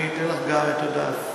אני אתן לך גם את הדף.